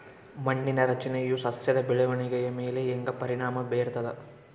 ಮಣ್ಣಿನ ರಚನೆಯು ಸಸ್ಯದ ಬೆಳವಣಿಗೆಯ ಮೇಲೆ ಹೆಂಗ ಪರಿಣಾಮ ಬೇರ್ತದ?